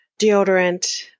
deodorant